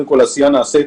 קודם כל, העשייה נעשית.